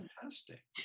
fantastic